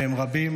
והם רבים,